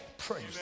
Praise